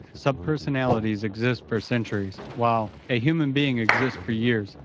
subpersonalities exist for centuries, while a human being exists for years.